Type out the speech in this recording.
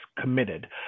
committed